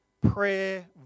prayer